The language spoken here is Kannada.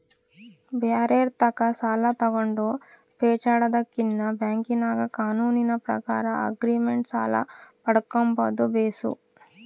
ಬ್ಯಾರೆರ್ ತಾಕ ಸಾಲ ತಗಂಡು ಪೇಚಾಡದಕಿನ್ನ ಬ್ಯಾಂಕಿನಾಗ ಕಾನೂನಿನ ಪ್ರಕಾರ ಆಗ್ರಿಮೆಂಟ್ ಸಾಲ ಪಡ್ಕಂಬದು ಬೇಸು